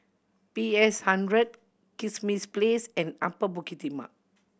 P S Hundred Kismis Place and Upper Bukit Timah